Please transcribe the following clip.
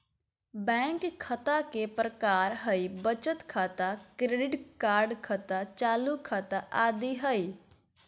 bank खता के प्रकार हइ बचत खाता, क्रेडिट कार्ड खाता, चालू खाता आदि हइ